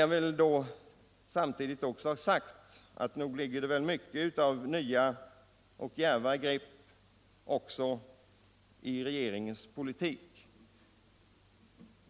Jag vill då ha sagt att det finns mycket av nya och djärva grepp i regeringens politik.